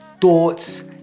thoughts